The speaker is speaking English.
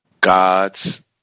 God's